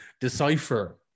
decipher